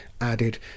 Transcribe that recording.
added